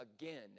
again